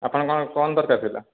ଆପଣଙ୍କର କ'ଣ ଦରକାର ଥିଲା